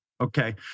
okay